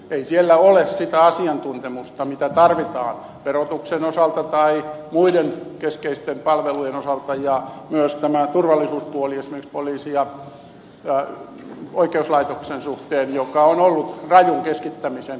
ei siellä ole sitä asiantuntemusta mitä tarvitaan verotuksen osalta tai muiden keskeisten palvelujen osalta ja myös tämä turvallisuuspuoli esimerkiksi poliisin ja oikeuslaitoksen suhteen on ollut rajun keskittämisen kohteena